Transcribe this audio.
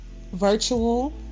Virtual